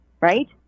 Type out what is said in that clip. right